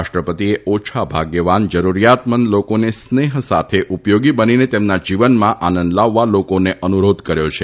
રાષ્ટ્રપતિએ ઓછા ભાગ્યવાન જરુરીયાતમંદ લોકોને સ્નેહ સાથે ઉપયોગી બનીને તેમના જીવનમાં આનંદ લાવવા લોકોને અનુરોધ કર્યો છે